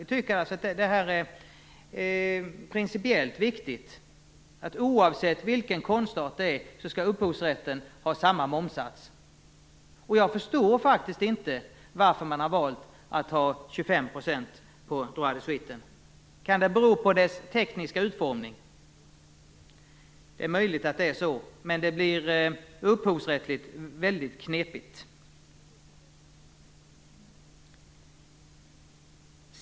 Vi tycker att det är principiellt viktigt att upphovsrätten skall ha samma momssats oavsett vilken konstart det är. Jag förstår faktiskt inte varför man har valt att ha 25 % på droit de suite. Kan det bero på dess tekniska utformning? Det är möjligt att det är så. Men det blir väldigt knepigt upphovsrättsligt.